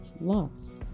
lots